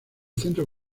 centro